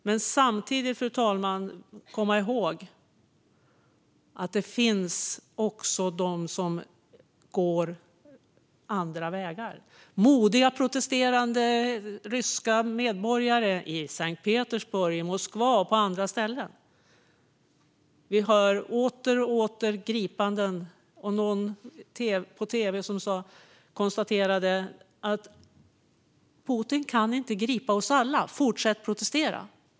Men samtidigt måste vi komma ihåg att det även finns de som går andra vägar, modiga protesterande ryska medborgare i Sankt Petersburg, i Moskva och på andra ställen. Vi hör åter och åter om gripanden. Någon på tv konstaterade: Putin kan inte gripa oss alla. Fortsätt att protestera!